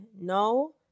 No